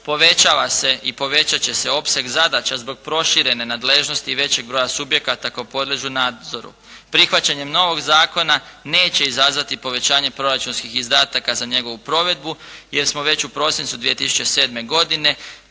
povećava se i povećat će se opseg zadaća zbog proširene nadležnosti i većeg broja subjekata koji podliježu nadzoru. Prihvaćanje novog zakona neće izazvati povećanje proračunskih izdataka za njegovu provedbu jer smo već u prosincu 2007. godine